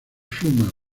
schumann